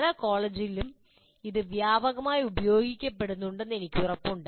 പല കോളേജുകളിലും ഇത് വ്യാപകമായി ഉപയോഗിക്കപ്പെടുന്നുണ്ടെന്ന് എനിക്ക് ഉറപ്പുണ്ട്